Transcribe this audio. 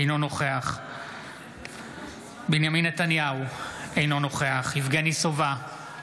אינו נוכח בנימין נתניהו, אינו נוכח יבגני סובה,